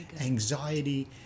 anxiety